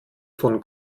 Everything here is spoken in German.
von